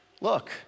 Look